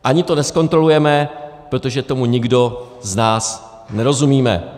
Ani to nezkontrolujeme, protože tomu nikdo z nás nerozumíme.